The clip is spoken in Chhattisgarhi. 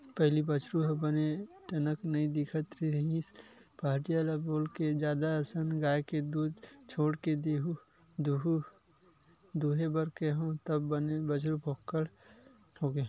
पहिली बछरु ह बने टनक नइ दिखत रिहिस पहाटिया ल बोलके जादा असन गाय के दूद छोड़ के दूहे बर केहेंव तब बने बछरु भोकंड होगे